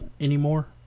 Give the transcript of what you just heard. anymore